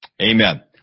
Amen